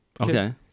Okay